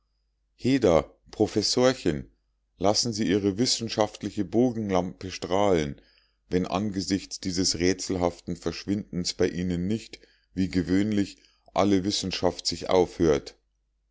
heda professorchen lassen sie ihre wissenschaftliche bogenlampe strahlen wenn angesichts dieses rätselhaften verschwindens bei ihnen nicht wie gewöhnlich alle wissenschaft sich aufhört